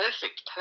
perfect